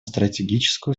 стратегическую